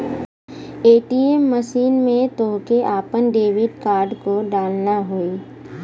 ATM machine में तोहके आपन डेबिट कार्ड को डालना होई